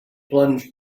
plunge